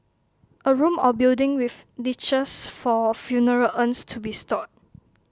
A room or building with niches for funeral urns to be stored